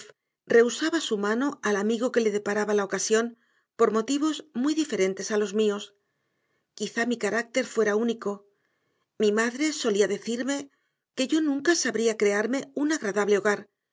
rehusaba su mano al amigo que le deparaba la ocasión por motivos muy diferentes a los míos quizá mi carácter fuera único mi madre solía decirme que yo nunca sabría crearme un agradable hogar